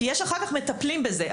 כי יש אחר כך מטפלים בזה,